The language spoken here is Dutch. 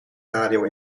radio